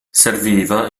serviva